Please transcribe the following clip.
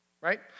Right